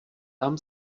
tam